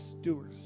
Doers